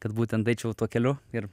kad būtent eičiau tuo keliu ir